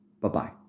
Bye-bye